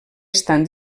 estan